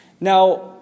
Now